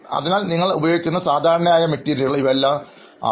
അതിനാൽ നിങ്ങൾ ഉപയോഗിക്കുന്ന സാധാരണമായ മെറ്റീരിയലുകൾ ഇവയെല്ലാം ആണോ